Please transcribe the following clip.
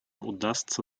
удастся